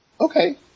okay